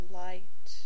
light